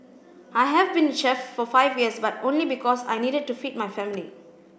I have been a chef for five years but only because I needed to feed my family